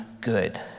good